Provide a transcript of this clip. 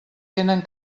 tenen